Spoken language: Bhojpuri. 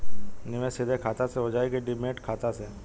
निवेश सीधे खाता से होजाई कि डिमेट खाता से?